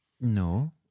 No